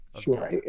Sure